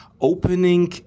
opening